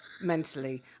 Mentally